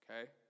okay